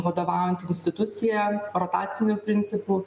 vadovaujanti institucija rotaciniu principu